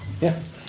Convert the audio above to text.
Yes